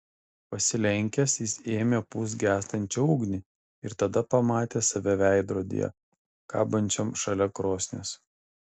pasilenkęs jis ėmė pūst gęstančią ugnį ir tada pamatė save veidrodyje kabančiam šalia krosnies